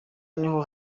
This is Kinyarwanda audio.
niho